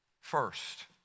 first